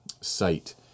site